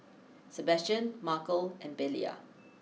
Sebastian Markel and Belia